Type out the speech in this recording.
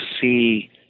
see